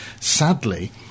Sadly